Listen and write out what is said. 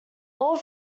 all